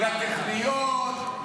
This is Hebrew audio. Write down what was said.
לטכניון,